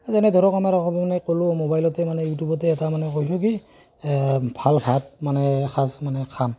যেনে ধৰক আমাৰ অসমীয়া মানে ক'লোঁ মোবাইলতে মানে ইউটিউবতে এটা মানে কৈছোঁ কি ভাল ভাত মানে এসাঁজ মানে খাম